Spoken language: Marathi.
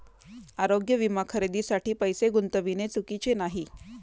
आरोग्य विमा खरेदीसाठी पैसे गुंतविणे चुकीचे नाही